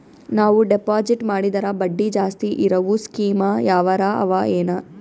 ನಾವು ಡೆಪಾಜಿಟ್ ಮಾಡಿದರ ಬಡ್ಡಿ ಜಾಸ್ತಿ ಇರವು ಸ್ಕೀಮ ಯಾವಾರ ಅವ ಏನ?